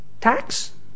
tax